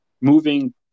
moving